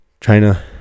China